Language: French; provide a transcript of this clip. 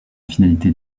finalité